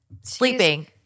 sleeping